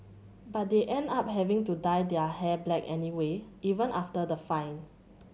but they end up having to dye their hair black anyway even after the fine